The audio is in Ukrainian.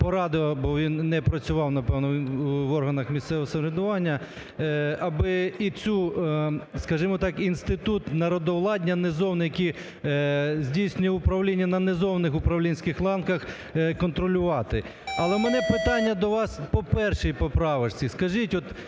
бо він не працював, напевно, в органах місцевого самоврядування, аби і цю, скажімо так, інститут народовладдя низовий, який здійснює управління на низових управлінських ланках, контролювати. Але в мене питання до вас по першій поправочці.